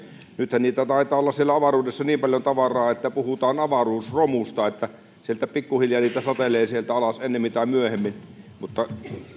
nythän taitaa olla siellä avaruudessa niin paljon tavaraa että puhutaan avaruusromusta eli sieltä pikkuhiljaa niitä satelee alas ennemmin tai myöhemmin